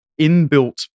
inbuilt